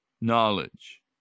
knowledge